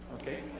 Okay